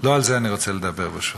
לא על זה אני רוצה לדבר, ברשותך.